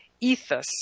ethos